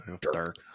dark